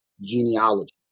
genealogy